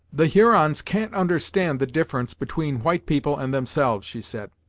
the hurons can't understand the difference between white people and themselves, she said,